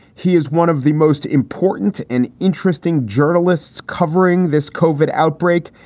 he is one of the most important, an interesting journalists covering this covert outbreak.